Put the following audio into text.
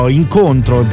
incontro